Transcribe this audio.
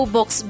Box